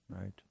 Right